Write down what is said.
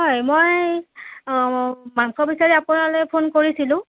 হয় মই মাংস বিচাৰি আপোনালৈ ফোন কৰিছিলো